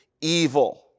evil